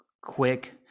quick